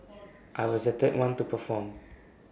I was the third one to perform